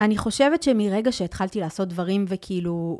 אני חושבת שמרגע שהתחלתי לעשות דברים וכאילו...